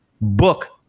book